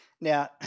Now